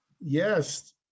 Yes